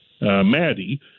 Maddie